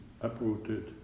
uprooted